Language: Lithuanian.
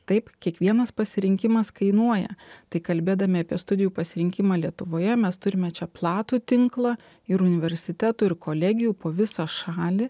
taip kiekvienas pasirinkimas kainuoja tai kalbėdami apie studijų pasirinkimą lietuvoje mes turime čia platų tinklą ir universitetų ir kolegijų po visą šalį